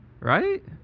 Right